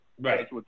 Right